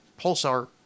pulsar